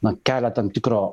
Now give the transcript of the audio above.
na kelia tam tikro